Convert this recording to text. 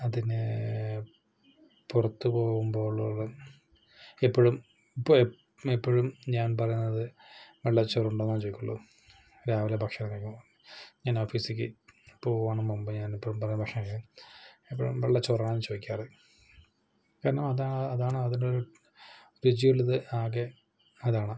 അതിന് പുറത്തു പോകുമ്പോൾ എപ്പോഴും ഇപ് എപ്പോഴും ഞാൻ പറയുന്നത് വെള്ളച്ചോറുണ്ടോ എന്നാണ് ചോദിക്കുകയുള്ളൂ രാവിലെ ഭക്ഷണം കഴിക്കുമ്പോൾ ഞാൻ ഓഫിസിലേക്ക് പോകാനും മുൻപ് ഞാനെപ്പോഴും പറയുന്ന ഭക്ഷണം എപ്പോഴും വെള്ളച്ചോർ ആണ് ചോദിക്കാറ് കാരണം അതാ അതാണ് അതിൻ്റെയൊരു രുചിയുള്ളത് ആകെ അതാണ്